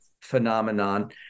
phenomenon